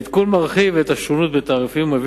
העדכון מרחיב את השונות בתעריפים ומביא